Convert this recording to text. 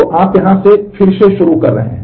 तो आप यहाँ से फिर से शुरू कर रहे हैं